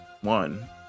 one